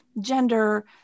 gender